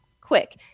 quick